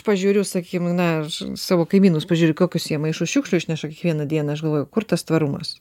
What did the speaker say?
pažiūriu sakykim na aš savo kaimynus pažiūriu kokius jie maišus šiukšlių išneša kiekvieną dieną aš galvoju kur tas tvarumas